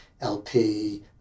LP